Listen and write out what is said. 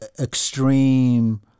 extreme